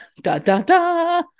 Da-da-da